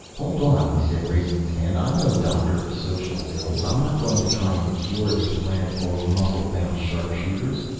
hold on, he said, raising his hand. i'm no doctor of social ills. i'm not going to try and cure this planet full of muscle-bound sharpshooters.